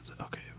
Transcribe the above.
Okay